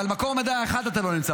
אבל במקור מידע אחד אתה לא נמצא,